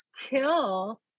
kill